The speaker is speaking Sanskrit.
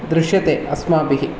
दृश्यते अस्माभिः